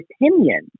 opinion